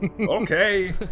Okay